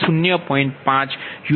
5યુનિટ દીઠ છે